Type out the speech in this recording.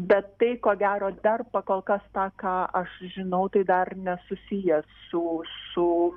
bet tai ko gero dar pakolkas tą ką aš žinau tai dar nesusiję su su